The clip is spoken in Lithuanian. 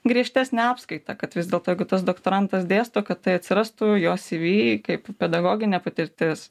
griežtesnę apskaitą kad vis dėlto jeigu tas doktorantas dėsto kad tai atsirastų jo cv kaip pedagoginė patirtis